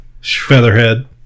Featherhead